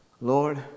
Lord